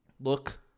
look